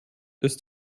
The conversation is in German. ist